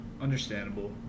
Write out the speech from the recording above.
understandable